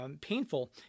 painful